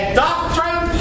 doctrine